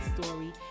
story